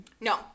No